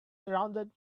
surrounded